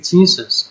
Jesus